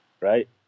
Right